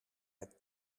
het